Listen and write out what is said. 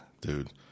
Dude